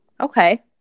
Okay